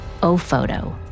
Ophoto